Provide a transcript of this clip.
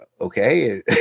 Okay